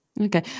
Okay